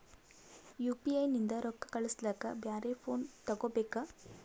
UPI ನಿಂದ ರೊಕ್ಕ ಕಳಸ್ಲಕ ಬ್ಯಾರೆ ಫೋನ ತೋಗೊಬೇಕ?